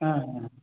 हा हा